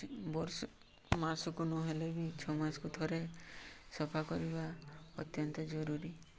ବର୍ଷ ମାସକୁ ନହେଲେ ବି ଛଅ ମାସକୁ ଥରେ ସଫା କରିବା ଅତ୍ୟନ୍ତ ଜରୁରୀ